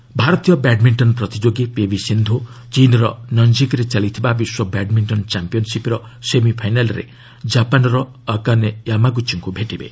badminton ଭାରତୀୟ badminton ପ୍ରତିଯୋଗୀ P V Sindhu ଚୀନ୍ର ନଞ୍ଜିଙ୍ଗ୍ରେ ଚାଲିଥିବା ବିଶ୍ୱ ବ୍ୟାଡ୍ମିଷ୍ଟନ ଚାମ୍ପିୟନ୍ସିପ୍ର ସେମିଫାଇନାଲ୍ରେ ଜାପାନ୍ର ଅକାନେ ୟାମାଗୁଚିଙ୍କୁ ଭେଟିବେ